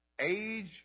age